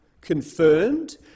confirmed